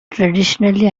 traditionally